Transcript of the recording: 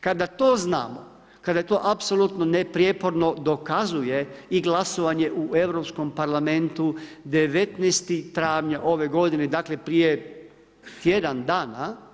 Kada to znamo, kada je to apsolutno neprijeporno dokazuje i glasovanje u Europskom parlamentu 19. travnja ove godine, dakle prije tjedan dana.